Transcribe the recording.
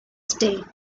ste